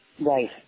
Right